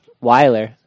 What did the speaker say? Weiler